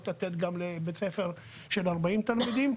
לתת את התקן גם לבית ספר של 40 תלמידים.